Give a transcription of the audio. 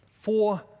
four